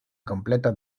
completas